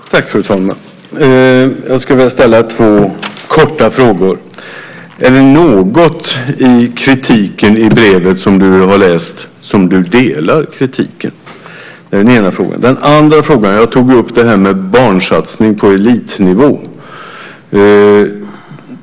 Fru talman! Jag skulle vilja ställa två korta frågor. Är det något i kritiken i brevet som du läst där du delar kritiken? Det är den ena frågan. Vad gäller den andra frågan tog jag upp barnsatsning på elitnivå.